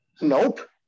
Nope